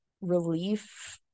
relief